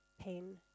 pain